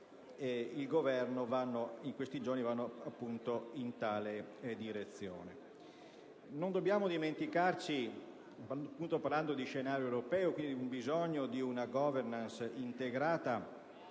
il Governo in questi giorni vanno in tale direzione. Non dobbiamo dimenticarci, parlando di scenario europeo e del bisogno di una *governance* integrata,